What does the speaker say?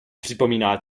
připomíná